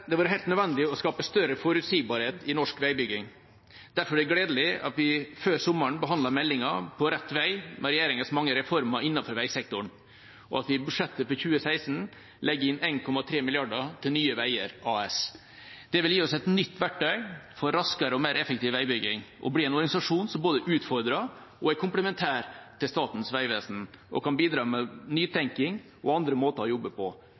Det har vært helt nødvendig å skape større forutsigbarhet i norsk veibygging. Derfor er det gledelig at vi før sommeren behandlet meldingen På rett vei, med regjeringas mange reformer innenfor veisektoren, og at vi i budsjettet for 2016 legger inn 1,3 mrd. kr til Nye Veier AS. Det vil gi oss et nytt verktøy for raskere og mer effektiv veibygging, og bli en organisasjon som både utfordrer og er komplementær til Statens vegvesen, og kan bidra med nytenking og andre måter å jobbe på.